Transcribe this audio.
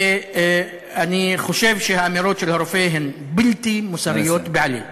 ואני חושב שהאמירות של הרופא הן בלתי מוסריות בעליל.